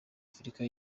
afurika